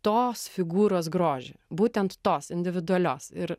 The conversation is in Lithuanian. tos figūros grožį būtent tos individualios ir